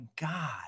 God